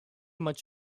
much